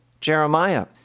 Jeremiah